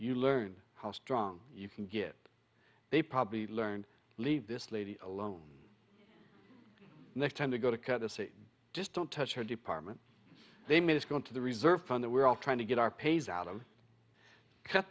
you learn how strong you can get they probably learned leave this lady alone next time to go to cut a c just don't touch her department they made us go into the reserve fund that we're all trying to get our pays out of cut